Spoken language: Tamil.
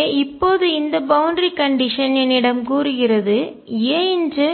எனவே இப்போது இந்த பவுண்டரி கண்டிஷன் எல்லை நிபந்தனை என்னிடம் கூறுகிறது AeiαaBe